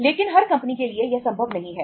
लेकिन हर कंपनी के लिए यह संभव नहीं है